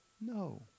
No